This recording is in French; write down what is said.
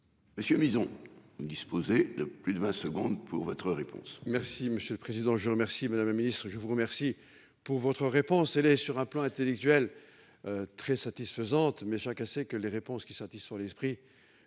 Monsieur maison ne disposer de plus de 20 secondes pour votre réponse. Merci monsieur le président. Je vous remercie. Madame la Ministre je vous remercie pour votre réponse. Elle est sur un plan intellectuel. Très satisfaisante mais sans casser que les réponses qui satisfont l'esprit